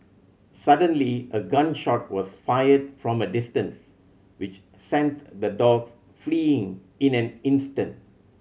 suddenly a gun shot was fired from a distance which sent the dogs fleeing in in an instant